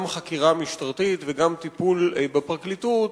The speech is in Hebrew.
גם חקירה משטרתית וגם טיפול בפרקליטות